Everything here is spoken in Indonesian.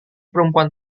perempuan